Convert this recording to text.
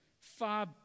far